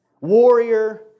warrior